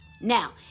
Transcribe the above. now